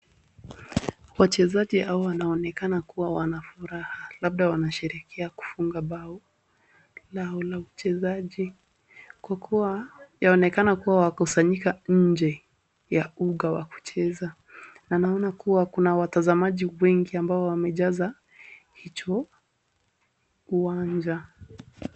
Wachezaji hawa wanaonekana kuwa na furaha labda wanasherehekea kwa kufunga bao lao la uchezaji kwa kuwa yaonekana kuwa wakusanyika nje ya uga wa kucheza na naona kuwa kuna watazamaji wengi ambao wamejaza hicho uwanja.